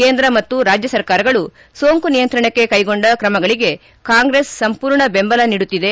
ಕೇಂದ್ರ ಮತ್ತು ರಾಜ್ಯ ಸರ್ಕಾರಗಳು ಸೋಂಕು ನಿಯಂತ್ರಣಕ್ಕೆ ಕೈಗೊಂಡ ಕ್ರಮಗಳಿಗೆ ಕಾಂಗ್ರೆಸ್ ಸಂಪೂರ್ಣ ಬೆಂಬಲ ನೀಡುತ್ತಿದೆ